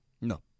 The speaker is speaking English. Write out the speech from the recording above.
No